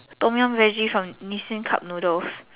Tom Yum Veggie from Nissin cup noodles